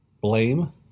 blame